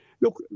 Look